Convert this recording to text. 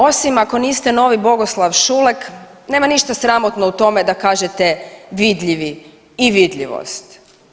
Osim ako niste novi Bogoslav Šulek nema ništa sramotno u tome da kažete vidljivi i vidljivost.